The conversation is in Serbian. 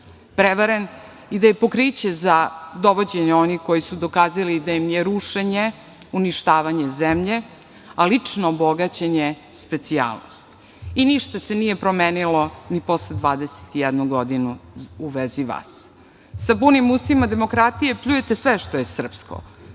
prevaren i da je pokriće za dovođenje onih koji su dokazali da im je rušenje, uništavanje zemlje, lično bogaćenje specijalnost.I ništa se nije promenilo ni posle 21 godinu u vezi vas. Sa punim ustima demokratije pljujete sve što je srpsko,